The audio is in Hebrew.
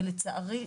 ולצערי,